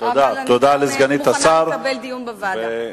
אבל אני מוכנה לקבל דיון בוועדה.